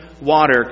water